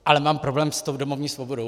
Ale mám problém s tou domovní svobodou.